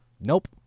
Nope